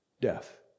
Death